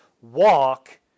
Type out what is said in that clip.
Walk